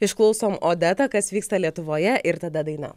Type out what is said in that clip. išklausom odetą kas vyksta lietuvoje ir tada daina